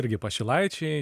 irgi pašilaičiai